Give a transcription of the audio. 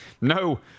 No